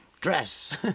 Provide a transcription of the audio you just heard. Dress